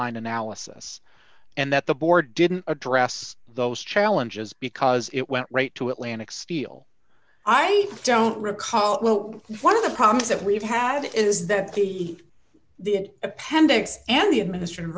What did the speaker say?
line analysis and that the board didn't address those challenges because it went right to atlantic steel i don't recall it well one of the problems that we've had is that the appendix and the administ